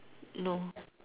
no